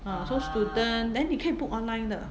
ah so student then 你可以 book online 的